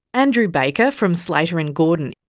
andrew baker from slater and gordon.